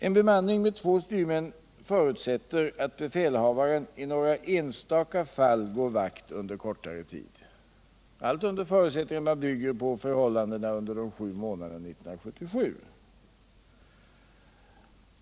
En bemanning med två styrmän förutsätter att befälhavaren i några enstaka fall går vakt under konare tid, allt under förutsättning att man bygger på förhållandena de sju månaderna 1977.